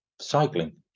cycling